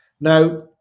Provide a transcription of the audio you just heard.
Now